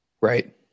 Right